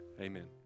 Amen